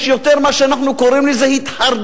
יש יותר ויותר מה שאנחנו קוראים התחרד"לות,